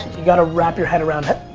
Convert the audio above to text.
you gotta wrap your head around it.